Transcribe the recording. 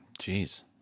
Jeez